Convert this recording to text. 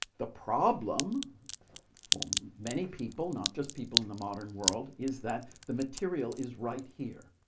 the problem for many people, not just people in the modern world, is that the material is right here,